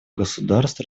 государств